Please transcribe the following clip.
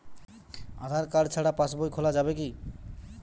আধার card ছাড়া পাশবই খোলা যাবে কি?